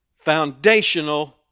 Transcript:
foundational